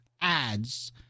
ads